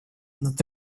над